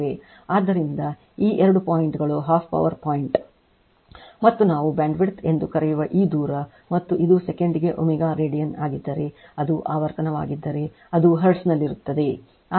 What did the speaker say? ಆದ್ದರಿಂದ ಈ ಎರಡು ಪಾಯಿಂಟ್ ಗಳು 12 ಪವರ್ ಪಾಯಿಂಟ್ ಮತ್ತು ನಾವು ಬ್ಯಾಂಡ್ವಿಡ್ತ್ ಎಂದು ಕರೆಯುವ ಈ ದೂರ ಮತ್ತು ಇದು ಸೆಕೆಂಡಿಗೆ ω ರೇಡಿಯನ್ ಆಗಿದ್ದರೆ ಅದು ಆವರ್ತನವಾಗಿದ್ದರೆ ಅದು ಹರ್ಟ್ಜ್ನಲ್ಲಿರುತ್ತದೆ ಆದ್ದರಿಂದ